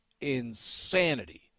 insanity